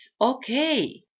okay